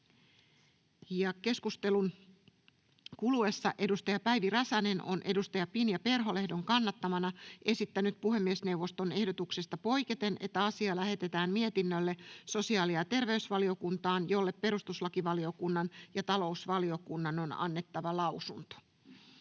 Keskustelun kuluessa edustaja Päivi Räsänen on edustaja Pinja Perholehdon kannattamana esittänyt puhemiesneuvoston ehdotuksesta poiketen, että asia lähetetään mietinnölle sosiaali- ja terveysvaliokuntaan, jolle perustuslakivaliokunnan ja talousvaliokunnan on annettava lausunto.